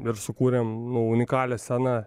ir sukūrėm nu unikalią sceną